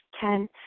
Ten